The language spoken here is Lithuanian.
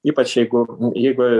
ypač jeigu jeigu